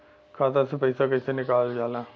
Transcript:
खाता से पैसा कइसे निकालल जाला?